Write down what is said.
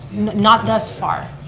not thus far,